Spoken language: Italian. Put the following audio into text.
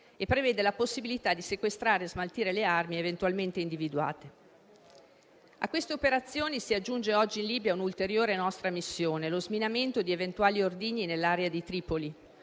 e prevede la possibilità di sequestrare e smaltire le armi eventualmente individuate. A queste operazioni si aggiunge oggi, in Libia, un'ulteriore nostra missione: lo sminamento di eventuali ordigni nell'area di Tripoli,